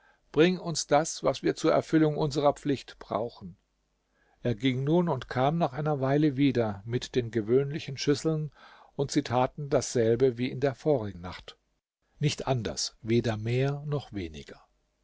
bring uns das was wir zur erfüllung unserer pflicht brauchen er ging nun und kam nach einer weile wieder mit den gewöhnlichen schüsseln und sie taten dasselbe wie in der vorigen nacht nicht anders weder mehr noch weniger